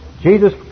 Jesus